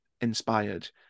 inspired